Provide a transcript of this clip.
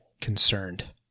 concerned